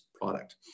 product